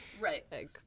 Right